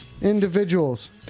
individuals